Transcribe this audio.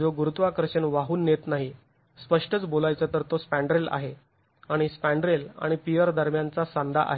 जो गुरुत्वाकर्षण वाहून नेत नाही स्पष्टच बोलायचं तर तो स्पँड्रेल आहे आणि स्पँड्रेल आणि पियर दरम्यानचा सांधा आहे